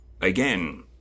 again